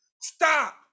Stop